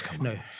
No